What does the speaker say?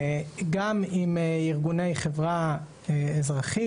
גם עם ארגוני חברה אזרחית,